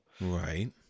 Right